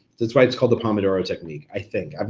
that's why it's called the pomodoro technique, i think, um